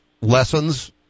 lessons